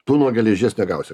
tu nuo geležies negausi